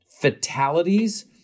fatalities